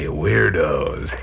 weirdos